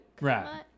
Right